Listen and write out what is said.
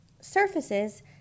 surfaces